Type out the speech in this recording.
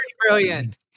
brilliant